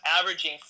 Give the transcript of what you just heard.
averaging